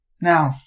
now